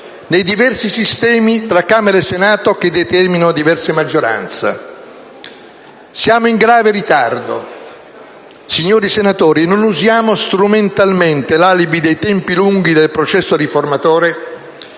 nei diversi sistemi tra Camera e Senato che determinano diverse maggioranze. Siamo in grave ritardo. Signori senatori, non usiamo strumentalmente l'alibi dei tempi lunghi del processo riformatore